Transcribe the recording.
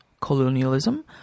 colonialism